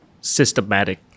systematic